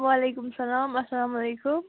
وَعلیکُم سَلام اَسَلامُ علیکُم